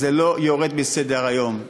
זה לא יורד מסדר-היום,